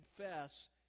confess